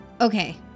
Okay